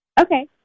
Okay